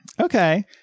Okay